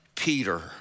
Peter